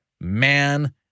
man